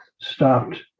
stopped